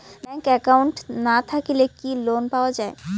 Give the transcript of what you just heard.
Bank account না থাকিলে কি লোন পাওয়া য়ায়?